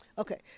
Okay